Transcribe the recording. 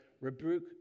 rebuke